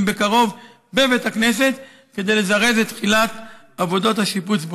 בקרוב בבית הכנסת כדי לזרז את תחילת עבודות השיפוץ בו.